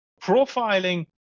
Profiling